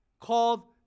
called